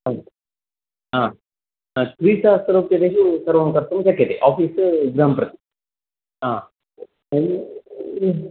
आ अस्तु त्रिसहस्ररूप्यकैः सर्वं कर्तुं शक्यते आफीस् गृहं प्रति